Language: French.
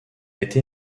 été